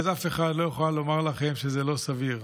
ואז אף אחד לא יוכל לומר לכם שזה לא סביר.